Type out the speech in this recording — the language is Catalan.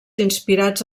inspirats